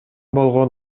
болгон